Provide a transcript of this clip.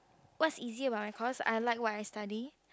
what's easy about my course I like what I study